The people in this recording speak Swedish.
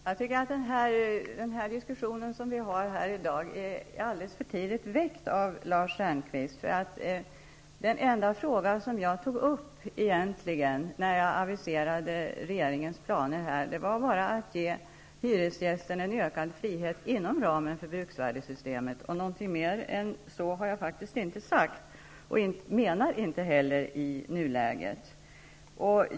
Fru talman! Jag tycker att den fråga som vi diskuterar i dag är alldeles för tidigt väckt av Lars Stjernkvist. Den enda fråga som jag egentligen tog upp när jag aviserade regeringens planer var att ge hyresgästen en ökad frihet inom ramen för bruksvärdessystemet. Någonting mer än så har jag faktiskt inte sagt och menade inte heller i nuläget.